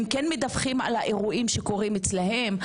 הם כן מדווחים על האירועים שקורים אצלם.